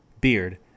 Beard